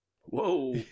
Whoa